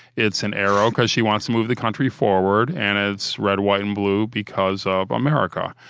it's an arrow because she wants to move the country forward, and it's red, white, and blue because of america.